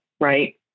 right